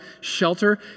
shelter